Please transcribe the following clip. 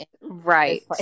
Right